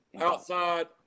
outside –